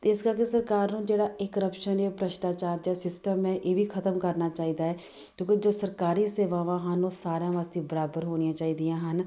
ਅਤੇ ਇਸ ਕਰਕੇ ਸਰਕਾਰ ਨੂੰ ਜਿਹੜਾ ਇਹ ਕਰਪਸ਼ਨ ਇਹ ਭ੍ਰਿਸ਼ਟਾਚਾਰ ਜਾਂ ਸਿਸਟਮ ਹੈ ਇਹ ਵੀ ਖ਼ਤਮ ਕਰਨਾ ਚਾਹੀਦਾ ਹੈ ਕਿਉਂਕਿ ਜੋ ਸਰਕਾਰੀ ਸੇਵਾਵਾਂ ਹਨ ਉਹ ਸਾਰਿਆਂ ਵਾਸਤੇ ਬਰਾਬਰ ਹੋਣੀਆਂ ਚਾਹੀਦੀਆਂ ਹਨ